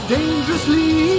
Dangerously